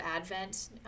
advent